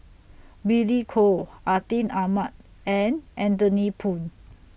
Billy Koh Atin Amat and Anthony Poon